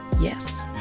yes